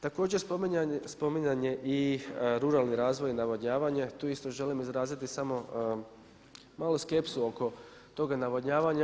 Također spominjan je i ruralni razvoj i navodnjavanje, tu isto želim izraziti samo malo skepsu oko toga navodnjavanja.